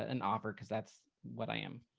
an offer. cause that's what i am.